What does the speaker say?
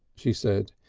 she said,